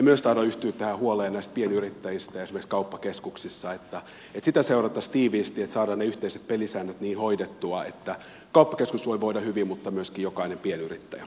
myös minä tahdon yhtyä tähän huoleen näistä pienyrittäjistä esimerkiksi kauppakeskuksissa ja toivon että sitä seurattaisiin tiiviisti että saadaan ne yhteiset pelisäännöt niin hoidettua että kauppakeskus voi voida hyvin mutta myöskin jokainen pienyrittäjä